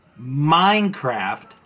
Minecraft